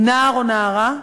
או נער או נערה,